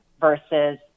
versus